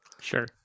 Sure